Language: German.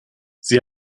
sie